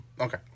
Okay